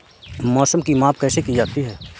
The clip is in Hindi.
मौसम की माप कैसे की जाती है?